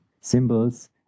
symbols